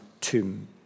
tomb